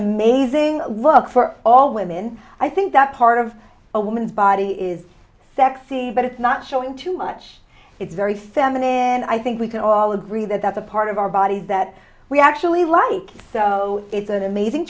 amazing look for all women i think that part of a woman's body is sexy but it's not showing too much it's very feminine and i think we can all agree that that's a part of our bodies that we actually like so it's an amazing